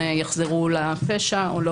ובחלוף פרק הזמן הסביר שחלף ממועד הפתיחה בחקירה,